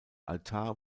altar